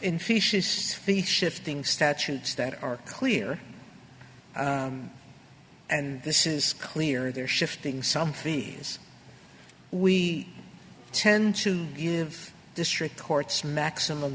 feet shifting statutes that are clear and this is clear they're shifting some fees we tend to give district courts maximum